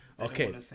Okay